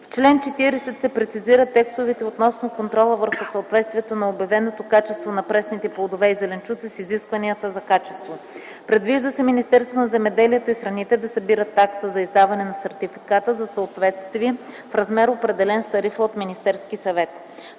В чл. 40 се прецизират текстовете относно контрола върху съответствието на обявеното качество на пресните плодове и зеленчуци с изискванията за качество. Предвижда се Министерството на земеделието и храните да събира такса за издаване на сертификата за съответствие в размер, определен с тарифа на Министерския съвет.